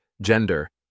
gender